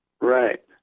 Right